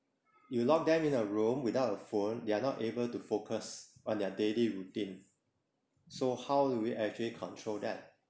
you lock them in a room without a phone they are not able to focus on their daily routine so how do we actually control that